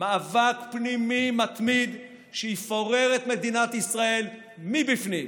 מאבק פנימי מתמיד שיפורר את מדינת ישראל מבפנים.